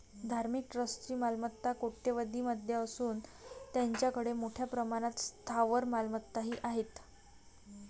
धार्मिक ट्रस्टची मालमत्ता कोट्यवधीं मध्ये असून त्यांच्याकडे मोठ्या प्रमाणात स्थावर मालमत्ताही आहेत